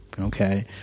okay